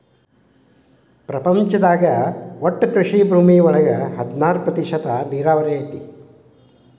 ಪ್ರಪಂಚದಾಗ ಒಟ್ಟು ಕೃಷಿ ಭೂಮಿ ಒಳಗ ಹದನಾರ ಪ್ರತಿಶತಾ ನೇರಾವರಿ ಐತಿ